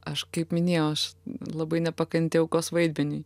aš kaip minėjau aš labai nepakanti aukos vaidmeniui